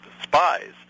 spies